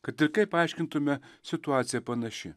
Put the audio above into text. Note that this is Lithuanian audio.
kad kaip paaiškintumėme situacija panaši